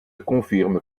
confirme